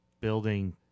building